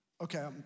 okay